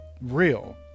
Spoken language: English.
real